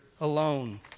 alone